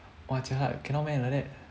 !wah! jialat cannot meh like that